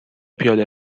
پیاده